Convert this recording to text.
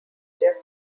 jeff